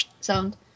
sound